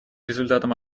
результатом